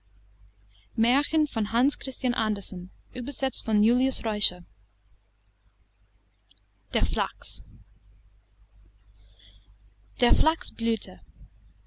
der flachs der flachs